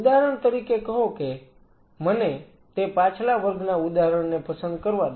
ઉદાહરણ તરીકે કહો કે મને તે પાછલા વર્ગના ઉદાહરણને પસંદ કરવા દો